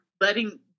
letting